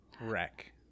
Wreck